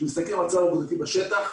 כשמסתכלים על המצב העובדתי בשטח,